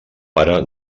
pare